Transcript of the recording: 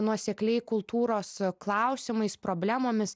nuosekliai kultūros klausimais problemomis